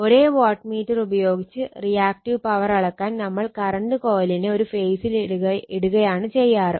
ഒരേ watt meter ഉപയോഗിച്ച് reactive power അളക്കാൻ നമ്മൾ കറണ്ട് കൊയിലിനെ ഒരു ഫേസിൽ ഇടുകയാണ് ചെയ്യാറ്